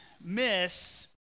miss